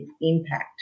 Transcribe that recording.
impact